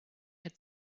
had